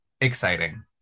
exciting